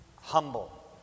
humble